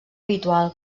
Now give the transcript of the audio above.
habitual